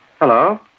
Hello